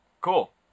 Cool